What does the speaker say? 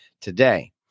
today